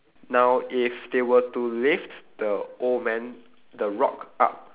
now if they were to lift the old man the rock up